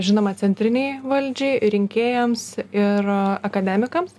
žinoma centrinei valdžiai rinkėjams ir akademikams